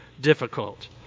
difficult